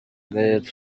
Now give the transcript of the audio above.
gael